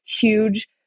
huge